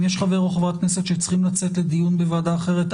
אם יש חבר או חברת כנסת שצריכים לצאת לדיון בוועדה אחרת,